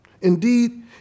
Indeed